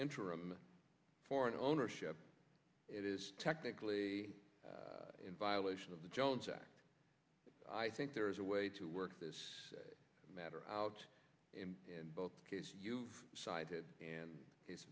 interim foreign ownership it is technically in violation of the jones act i think there is a way to work this matter out in both cases you've cited and